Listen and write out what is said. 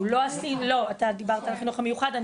אתה דיברת על החינוך המיוחד,